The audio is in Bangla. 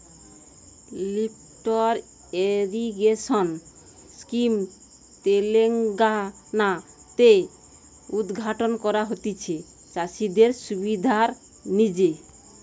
লিফ্ট ইরিগেশন স্কিম তেলেঙ্গানা তে উদ্ঘাটন করা হতিছে চাষিদের সুবিধার জিনে